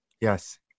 Yes